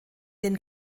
den